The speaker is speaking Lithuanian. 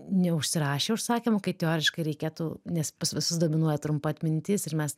neužsirašė užsakymo kai teoriškai reikėtų nes pas visus dominuoja trumpa atmintis ir mes